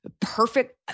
Perfect